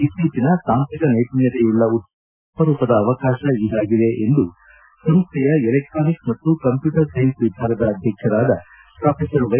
ಇತ್ತೀಚಿನ ತಾಂತ್ರಿಕ ನೈಮಣ್ಯತೆಯುಳ್ಳ ಉತ್ಪನ್ನಗಳನ್ನು ನೋಡುವ ಅಪರೂಪದ ಅವಕಾಶ ಇದಾಗಿದೆ ಎಂದು ಸಂಸ್ಥೆಯ ಎಲೆಕ್ಟಾನಿಕ್ಸ್ ಮತ್ತು ಕಂಪ್ಕೂಟರ್ ಸೈನ್ಸ್ ವಿಭಾಗದ ಅಧ್ಯಕ್ಷರಾದ ಪ್ರೊಫೆಸರ್ ವೈ